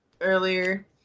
earlier